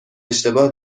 اشتباه